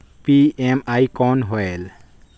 PME कौन होयल?